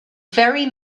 very